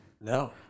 no